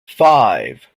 five